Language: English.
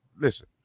Listen